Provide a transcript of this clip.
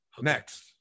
Next